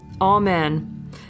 Amen